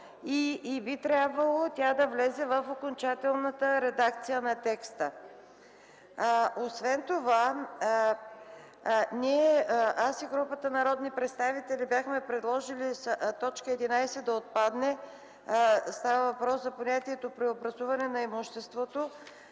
и би трябвало тя да влезе в окончателната редакция на текста. Освен това аз и групата народни представители бяхме предложили т. 11 да отпадне. Става въпрос за понятието „преобразуване на имуществото”,